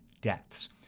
deaths